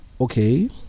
okay